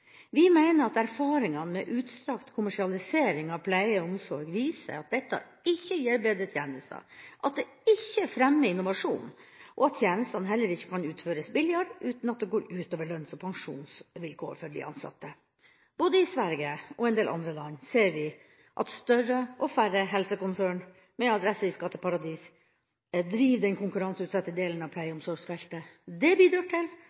Vi mener at erfaringene med utstrakt kommersialisering av pleie og omsorg viser at dette ikke gir bedre tjenester, at det ikke fremmer innovasjon, og at tjenestene heller ikke kan utføres billigere uten at det går ut over lønns- og pensjonsvilkår for de ansatte. Både i Sverige og i en del andre land ser vi at større og færre helsekonsern med adresse i skatteparadiser driver den konkurranseutsatte delen av pleie- og omsorgsfeltet. Det bidrar til